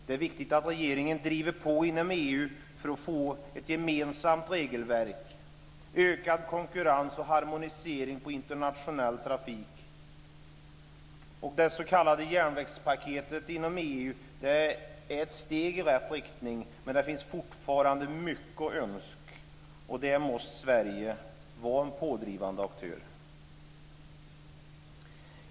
Det är viktigt att regeringen driver på inom EU för att få ett gemensamt regelverk, ökad konkurrens och harmonisering av internationell trafik. Det s.k. järnvägspaketet inom EU är ett steg i rätt riktning, men det finns fortfarande mycket att önska. Där måste Sverige vara en pådrivande aktör.